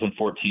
2014